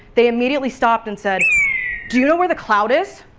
they immediately stopped and said do you know where the cloud is?